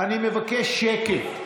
אני מבקש שקט.